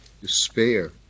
despair